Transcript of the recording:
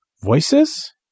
Voices